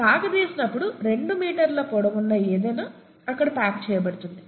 సాగదీసినప్పుడు 2 మీటర్ల పొడవున్న ఏదైనా అక్కడ ప్యాక్ చేయబడుతుంది